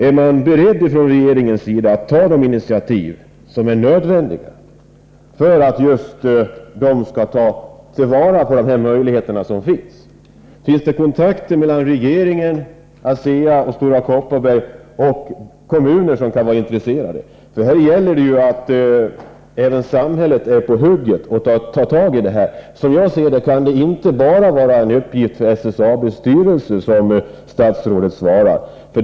Är man från regeringens sida beredd att ta de initiativ som är nödvändiga för att man skall kunna ta till vara de möjligheter som den här tekniken erbjuder? Finns det kontakter mellan regeringen, ASEA, Stora Kopparberg och kommuner som kan vara intresserade av tekniken? Här gäller det ju att även samhället är på hugget och tar tag i det hela. Som jag ser saken kan detta inte vara en uppgift för bara SSAB:s styrelse, som statsrådet sade i svaret.